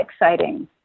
exciting